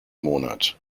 monat